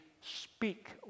speak